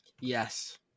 Yes